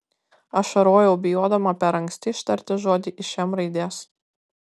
ašarojau bijodama per anksti ištarti žodį iš m raidės